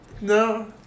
No